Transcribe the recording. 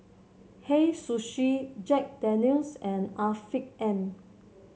Hei Sushi Jack Daniel's and Afiq M